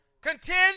continue